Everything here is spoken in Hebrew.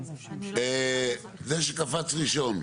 זה שקפץ ראשון.